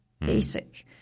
basic